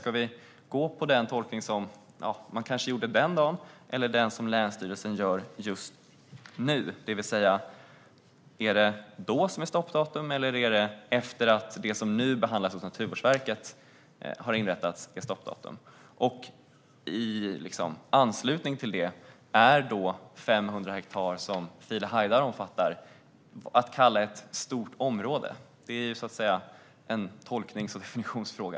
Ska vi gå på den tolkning som man kanske gjorde den där dagen eller den som länsstyrelsen gör just nu? Är det då som är stoppdatum, eller är det stoppdatum när det som nu behandlas hos Naturvårdsverket har inrättats? I anslutning till det undrar jag: Är då 500 hektar som File Hajdar omfattar att kalla ett stort område? Det är ju en tolknings och definitionsfråga.